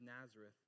Nazareth